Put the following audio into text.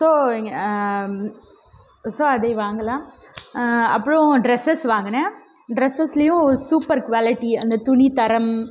so so அது வாங்கலாம் அப்புறம் ட்ரெஸஸ் வாங்கினேன் ட்ரெஸ்ஸஸ்லேயும் சூப்பர் குவாலிட்டி அந்த துணி தரம்